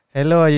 Hello